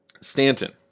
Stanton